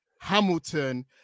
Hamilton